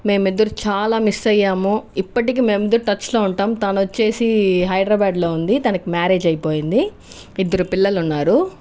మేము ఇద్దరం చాలా మిస్ అయ్యాము ఇప్పటికి మేము ఇద్దరం టచ్లో ఉంటాం తను వచ్చి హైదరాబాద్లో ఉంది తనకు మ్యారేజ్ అయిపోయింది ఇద్దరు పిల్లలు ఉన్నారు